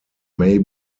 may